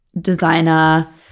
designer